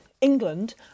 England